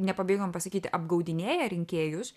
nepabijokim pasakyti apgaudinėja rinkėjus